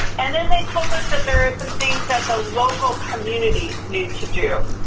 and then they told us that there are some things that the local communities need to do.